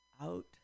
out